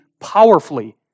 powerfully